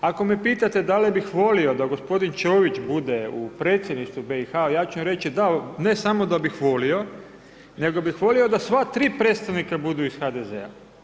Ako me pitate da li bih volio da g. Čović bude u predsjedništvu BiH, ja ću vam reći da, ne samo da bih volio, nego bih volio da sva tri predstavnika budu iz HDZ-a.